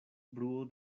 bruo